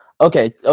Okay